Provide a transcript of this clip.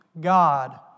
God